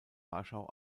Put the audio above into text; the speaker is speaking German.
warschau